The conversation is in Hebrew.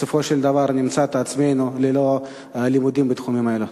בסופו של דבר נמצא את עצמנו ללא לימודים בתחומים האלה.